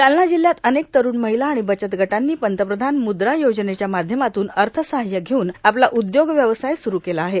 जालना जिल्ह्यात अनेक तरुण महिला आणि बचत गटांनी पंतप्रधान म्द्रा योजनेच्या माध्यमातून अर्थसाहाय्य घेवून आपला उद्योग व्यवसाय स्रू केला आहे